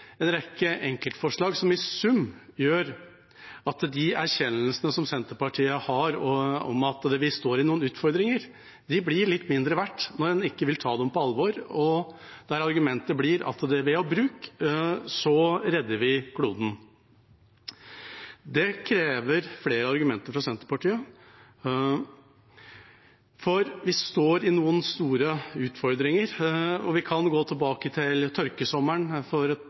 en rekke enkeltforslag som i sum gjør at de erkjennelsene som Senterpartiet har om at vi står i noen utfordringer, blir litt mindre verdt når en ikke vil ta dem på alvor, og der argumentet blir at ved bruk redder vi kloden. Det krever flere argumenter fra Senterpartiet, for vi står i noen store utfordringer. Vi kan gå tilbake til tørkesommeren for